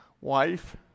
wife